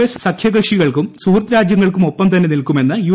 S സഖ്യകക്ഷികളോടും സുഹൃദ് രാജ്യങ്ങൾക്കും ഒപ്പം തന്നെ നിൽക്കുമെന്ന് യു